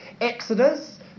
Exodus